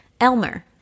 Elmer